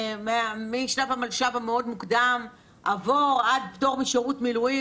משלב המלש"ב המאוד מוקדם עבור עד פטור משירות מילואים.